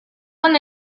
con